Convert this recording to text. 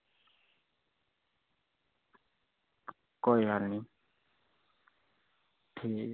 कोई गल्ल निं ठीक